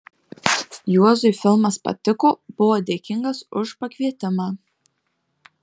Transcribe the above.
juozui filmas patiko buvo dėkingas už pakvietimą